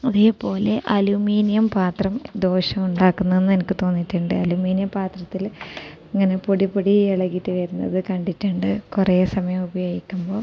അതേപോലെ അലൂമിനിയം പാത്രം ദോഷം ഉണ്ടാക്കുന്നെന്ന് എനിക്ക് തോന്നിയിട്ടുണ്ട് അലൂമിനിയം പാത്രത്തിൽ ഇങ്ങനെ പൊടി പൊടി ഇളകിയിട്ട് വരുന്നത് കണ്ടിട്ടുണ്ട് കുറേ സമയം ഉപയോഗിക്കുമ്പോൾ